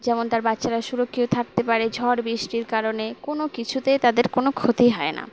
যেমন তার বাচ্চারা সুরক্ষিত থাকতে পারে ঝড় বিৃষ্টির কারণে কোনো কিছুতেই তাদের কোনো ক্ষতি হয় না